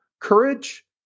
courage